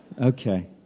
Okay